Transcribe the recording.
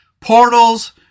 portals